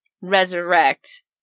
resurrect